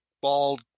bald